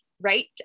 right